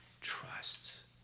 trusts